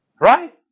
Right